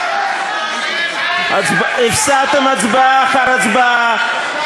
הפסדתם הצבעה אחר הצבעה.